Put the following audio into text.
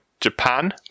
Japan